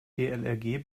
dlrg